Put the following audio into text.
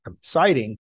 citing